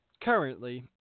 currently